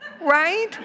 Right